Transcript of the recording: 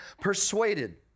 persuaded